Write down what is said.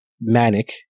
manic